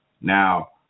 Now